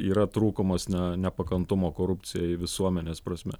yra trūkumas ne nepakantumo korupcijai visuomenės prasme